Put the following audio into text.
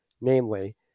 namely